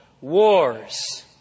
Wars